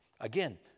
Again